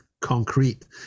concrete